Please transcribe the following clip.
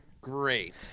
great